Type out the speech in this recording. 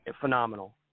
phenomenal